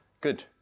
Good